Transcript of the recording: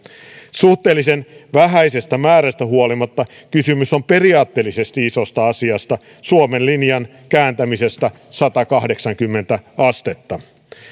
suhteellisen vähäisestä määrästä huolimatta kysymys on periaatteellisesti isosta asiasta suomen linjan kääntämisestä satakahdeksankymmentä astetta